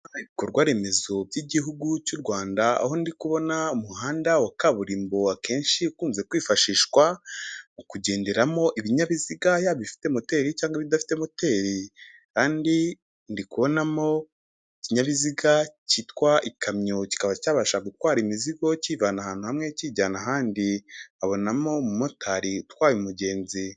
Ibikorwa remezo by'igihugu cy'u Rwanda, aho ndi kubona umuhanda wa kaburimbo akenshi ukunze kwifashishwa mu kugenderamo ibinyabiziga ya bifite moteri, cyanwa ibidafite moteri, kandi ndi kubonamo ikinyabiziga cyitwa ikamyo kikaba cyabasha gutwara imizigo kivana ahantu hamwe kiyijyana ahandi, nkabonamo umumotari utwaye umugenzi.